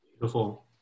Beautiful